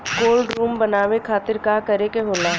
Cold room बनावे खातिर का करे के होला?